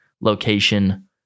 location